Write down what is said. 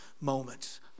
moments